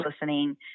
listening